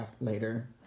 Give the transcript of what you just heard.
later